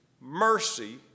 mercy